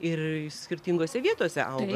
ir skirtingose vietose auga